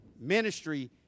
Ministry